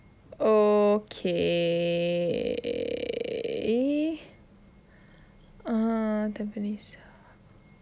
okay err tampines hub